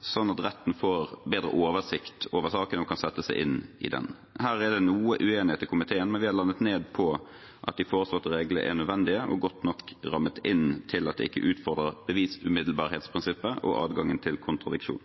slik at retten får bedre oversikt over saken og kan sette seg inn i den. Her er det noe uenighet i komiteen, men vi har landet på at de foreslåtte reglene er nødvendige og godt nok rammet inn til at det ikke utfordrer bevisumiddelbarhetsprinsippet og